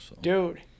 dude